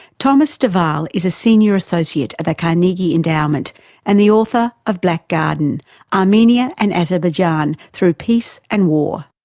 thomas de waal is a senior associate at the carnegie endowment and the author of black garden armenia and azerbaijan through peace and war.